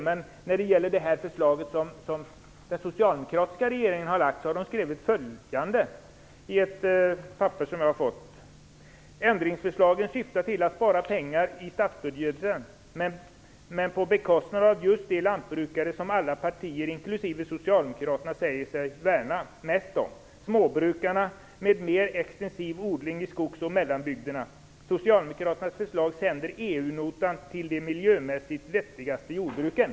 Men när det gäller det förslag som den socialdemokratiska regeringen har lagt fram har man skrivit följande: Ändringsförslagen syftar till att spara pengar i statsbudgeten, men på bekostnad av just de lantbrukare som alla partier inklusive Socialdemokraterna säger sig värna mest om, småbrukarna med mer extensiv odling i skogsoch mellanbygderna. Socialdemokraternas förslag sänder EU-notan till de miljömässigt vettigaste jordbruken.